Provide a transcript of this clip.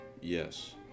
Yes